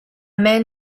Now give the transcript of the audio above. man